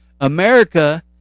America